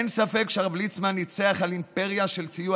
אין ספק שהרב ליצמן ניצח על אימפריה של סיוע